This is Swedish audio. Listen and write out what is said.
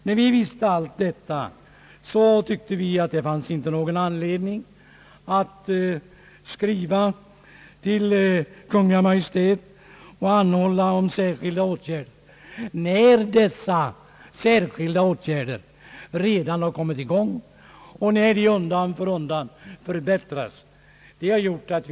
När vi visste allt detta tyckte vi att det inte fanns någon anledning att skriva till Kungl. Maj:t och anhålla om särskilda åtgärder. Dessa särskilda åtgärder har ju redan kommit i gång och förbättras undan för undan.